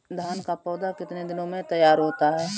धान का पौधा कितने दिनों में तैयार होता है?